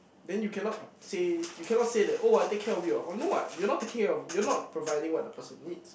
then you cannot say you cannot say that oh I take care of you no what you're not take care of you're not providing what the person needs